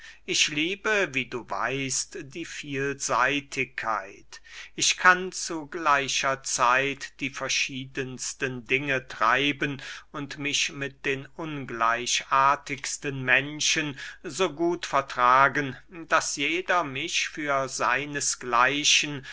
ich liebe wie du weißt die vielseitigkeit ich kann zu gleicher zeit die verschiedensten dinge treiben und mich mit den ungleichartigsten menschen so gut vertragen daß jeder mich für seinesgleichen